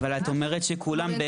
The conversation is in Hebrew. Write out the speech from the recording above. אבל את אומרת שכולם בעד,